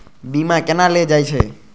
बीमा केना ले जाए छे?